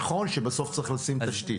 נכון שיש בסוף צריך לשים תשתית.